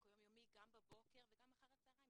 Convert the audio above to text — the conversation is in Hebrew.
הוא יום-יומי גם בבוקר וגם אחר הצהריים,